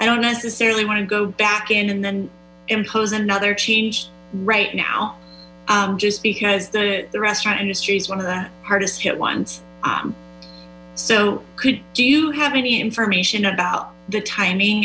i don't necessarily want to go back in and then impose another change right now just because the restaurant industry is one of the hardest hit ones so do you have any information about the timing